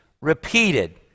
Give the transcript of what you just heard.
repeated